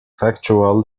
factual